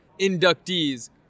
inductees